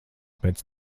pēc